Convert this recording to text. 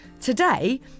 Today